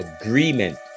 agreement